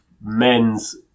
men's